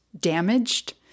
damaged